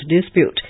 dispute